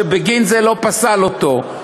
שבגין זה לא פסל אותו,